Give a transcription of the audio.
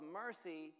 mercy